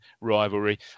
rivalry